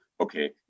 okay